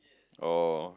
oh